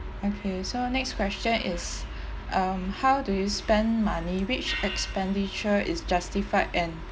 okay so next question is um how do you spend money which expenditure is justified and